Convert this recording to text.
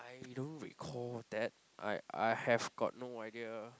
I don't recall that I I have got no idea